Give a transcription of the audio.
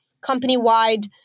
company-wide